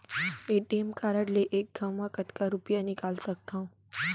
ATM card ले एक घव म कतका रुपिया निकाल सकथव?